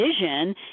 vision